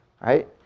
right